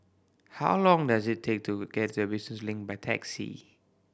how long does it take to get to Business Link by taxi